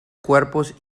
cuerpos